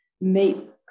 meet